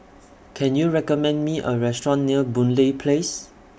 Can YOU recommend Me A Restaurant near Boon Lay Place